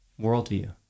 worldview